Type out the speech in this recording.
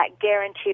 guaranteed